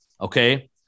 okay –